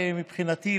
מבחינתי,